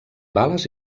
bales